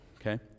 okay